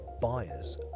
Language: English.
buyers